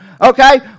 Okay